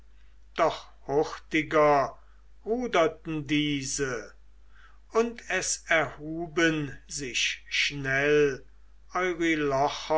doch hurtiger ruderten diese und es erhuben sich schnell